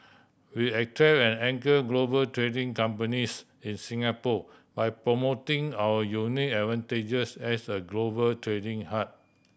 we attract and anchor global trading companies in Singapore by promoting our unique advantages as a global trading hub